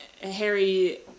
Harry